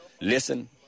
listen